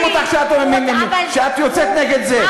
למה אנחנו לא שומעים אותך יוצאת נגד זה?